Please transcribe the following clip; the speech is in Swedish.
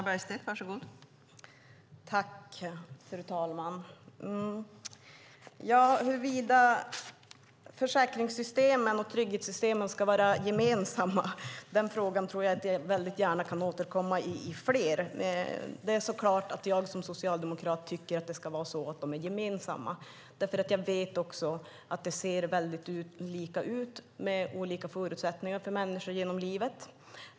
Fru talman! Huruvida försäkringssystemen och trygghetssystemen ska vara gemensamma kan vi gärna återkomma till. Som socialdemokrat tycker jag naturligtvis att de ska vara gemensamma eftersom jag vet att människor har olika förutsättningar genom livet.